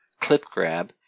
ClipGrab